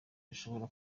bashobora